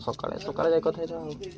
ସକାଳେ ସକାଳେ ଯାଇ କଥାହେଇଦେବା ଆଉ